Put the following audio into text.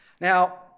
Now